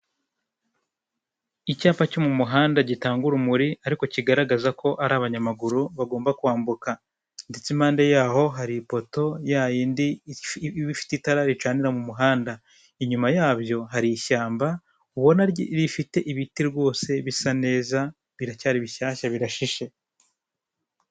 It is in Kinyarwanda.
Icyapa cyo mu muhanda gitanga urumuri ariko kigaragaza ko ari abanyamaguru bagomba kwambuka ndetse impande yaho hari ipoto ya yindi iba ifite itara ricanira mu muhanda, inyuma yabyo hari ishyamba ubona rifite ibiti rwose bisa neza biracyari bishyashya birashishe.